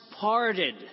parted